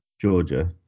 Georgia